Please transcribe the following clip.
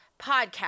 podcast